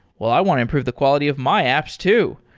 well, i want to improve the quality of my apps too.